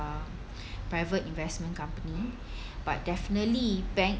uh private investment company but definitely bank